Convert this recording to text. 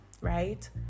right